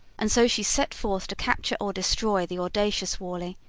and so she set forth to capture or destroy the audacious worley.